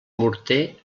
morter